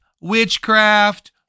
witchcraft